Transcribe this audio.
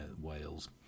Wales